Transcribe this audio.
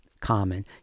common